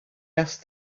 asked